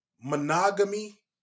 Monogamy